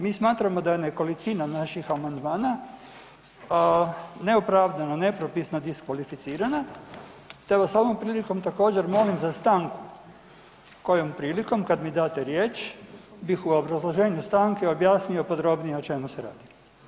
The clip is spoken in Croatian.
Mi smatramo da je nekolicima naših amandmana neopravdano, nepropisno diskvalificirana te vas ovom prilikom također, molim za stanku kojom prilikom, kad mi date riječ, bih u obrazloženju stanke objasnio podrobnije o čemu se radi.